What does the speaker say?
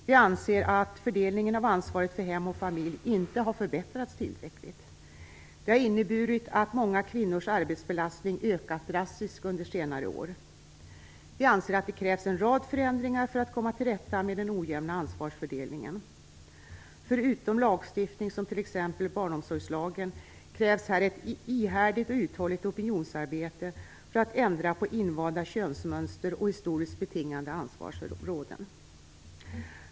Vi anser att fördelningen av ansvaret för hem och familj inte har förbättrats tillräckligt. Detta har inneburit att många kvinnors arbetsbelastning ökat drastiskt under senare år. Vi anser att det krävs en rad förändringar för att komma till rätta med den ojämna ansvarsfördelningen. Förutom lagstiftning, som t.ex. barnomsorgslagen, krävs ett ihärdigt och uthålligt opinionsarbete för att ändra på invanda könsmönster och historiskt betingade ansvarsområden.